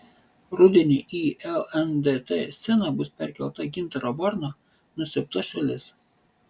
rudenį į lndt sceną bus perkelta gintaro varno nusiaubta šalis